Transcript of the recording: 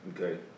Okay